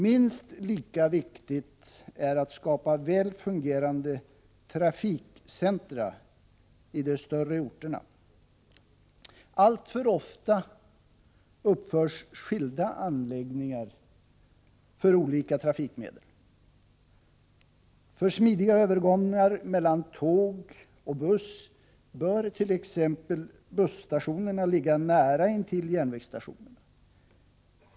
Minst lika viktigt är att skapa väl fungerande trafikcentra i de större orterna. Alltför ofta uppförs skilda anläggningar för olika trafikmedel. För smidiga övergångar mellan tåg och buss bör t.ex. busstationerna ligga nära intill järnvägsstationerna.